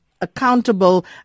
accountable